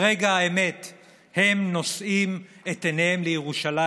ברגע האמת הם נושאים את עיניהם לירושלים.